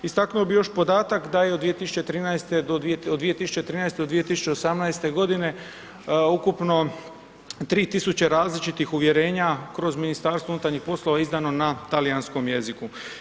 Istaknuo bih još podatak da je od 2013. do 2018. g. ukupno 3000 različitih uvjerenja kroz Ministarstvo unutarnjih poslova izdano na talijanskom jeziku.